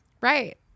Right